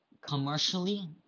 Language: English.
commercially